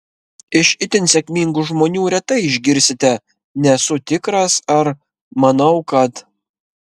iš itin sėkmingų žmonių retai išgirsite nesu tikras ar manau kad